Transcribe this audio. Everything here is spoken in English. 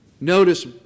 notice